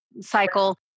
cycle